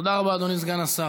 תודה רבה, אדוני סגן השר.